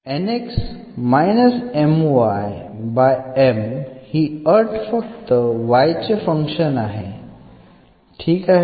ही अट फक्त y चे फंक्शन आहे ठीक आहे